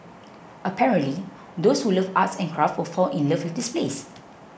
apparently those who love arts and crafts will fall in love with this place